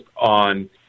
on